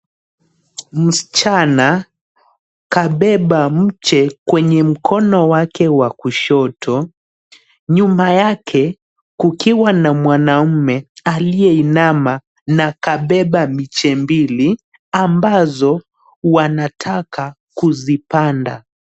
Msichana kabeba mche kwenye mkono wake wa kushoto, nyuma yake kukiwa na mwanaume aliye inama na akabeba miche mbili ambazo wanataka kuzipanda.